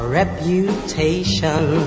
reputation